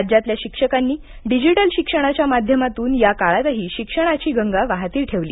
राज्यातल्या शिक्षकांनी डिजिटल शिक्षणाच्या माध्यमातून या काळातही शिक्षणांची गंगा वाहती ठेवली